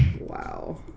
wow